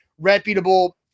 reputable